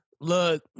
Look